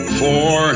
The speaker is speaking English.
four